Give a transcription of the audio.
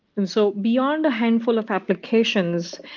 and so beyond a handful of applications,